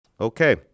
Okay